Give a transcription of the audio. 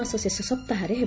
ମାସ ଶେଷ ସପ୍ତାହରେ ହେବ